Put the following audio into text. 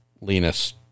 Linus